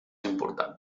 important